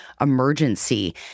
emergency